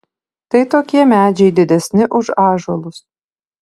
tai tokie medžiai didesni už ąžuolus